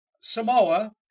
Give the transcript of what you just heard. Samoa